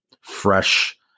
fresh